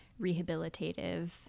rehabilitative